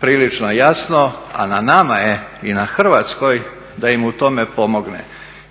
prilično jasno, a na nama je i na Hrvatskoj da im u tome pomogne